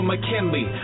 McKinley